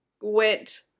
went